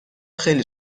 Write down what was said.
خیلی